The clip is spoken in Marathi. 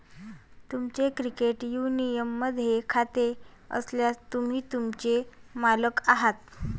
तुमचे क्रेडिट युनियनमध्ये खाते असल्यास, तुम्ही त्याचे मालक आहात